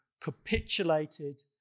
capitulated